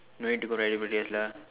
no need to go birthday lah